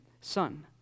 Son